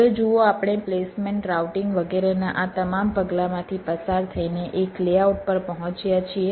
હવે જુઓ આપણે પ્લેસમેન્ટ રાઉટીંગ વગેરેના આ તમામ પગલાંમાંથી પસાર થઈને એક લેઆઉટ પર પહોંચ્યા છીએ